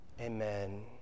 Amen